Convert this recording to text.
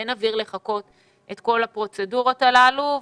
אין אוויר לחכות את כל הפרוצדורות הללו.